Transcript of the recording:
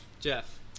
Jeff